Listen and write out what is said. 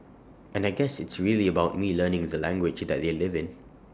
and I guess it's really about me learning the language that they live in